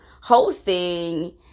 hosting